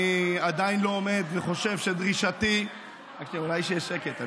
אני עדיין לא עומד וחושב שדרישתי, אולי שיהיה שקט?